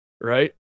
right